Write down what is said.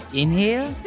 inhale